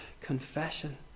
confession